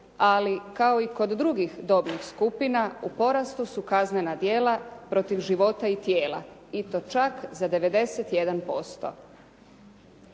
ali kao i kod drugih dobnih skupina u porastu su kaznena djela protiv života i tijela. I to čak za 91%.